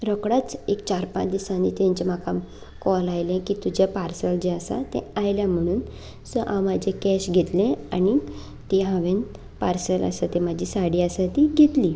रोखडेच एक चार पांच दिसांनी तेंचें म्हाका कॉल आयलें की जें पार्सल जें आसा तें आयलें म्हणून सो हांवें म्हजें कॅश घेतलें आनी तें हांवें पार्सल आसा तें म्हजी साडी आसा ती घेतली